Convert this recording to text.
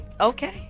okay